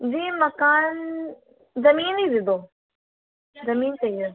जी मकान जमीन ही दे दो जमीन चहिए